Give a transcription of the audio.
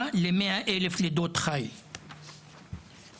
עומדת על 9 מתוך 100,000 לידות שנשאר בחיים,